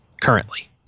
currently